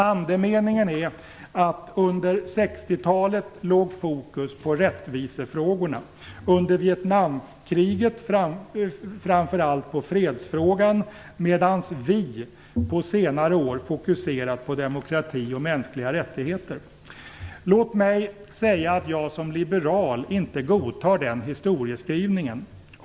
Andemeningen är att under 60-talet låg fokus på rättvisefrågorna och under Vietnamkriget framför allt på fredsfrågan, medan "vi" på senare år fokuserat på demokrati och mänskliga rättigheter. Låt mig säga att jag som liberal inte godtar den historieskrivningen.